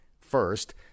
First